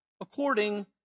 according